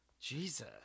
Jesus